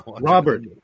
Robert